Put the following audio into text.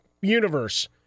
universe